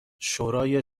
شورای